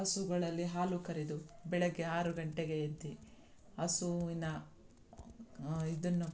ಹಸುಗಳಲ್ಲಿ ಹಾಲು ಕರೆದು ಬೆಳಗ್ಗೆ ಆರು ಗಂಟೆಗೆ ಎದ್ದು ಹಸುವಿನ ಇದನ್ನು